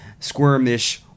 squirmish